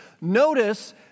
Notice